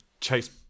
chase